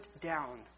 down